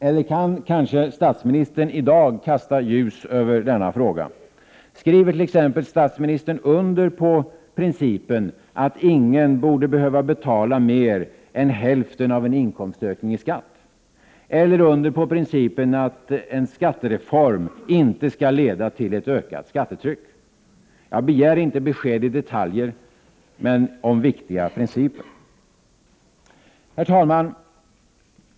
Eller kan kanske statsministern i dag kasta ljus över denna fråga? Skriver t.ex. statsministern under på principen att ingen borde behöva betala mer än hälften av en inkomstökning i skatt? Eller på principen att en skattereform inte skall leda till ett ökat skattetryck? Jag begär inte besked i detaljer men om viktiga principer. Herr talman!